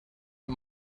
del